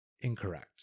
incorrect